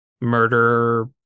murder